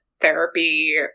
therapy